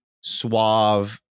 suave